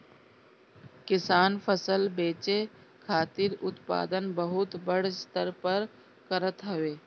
किसान फसल बेचे खातिर उत्पादन बहुते बड़ स्तर पे करत हवे